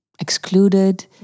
excluded